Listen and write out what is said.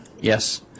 Yes